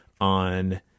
on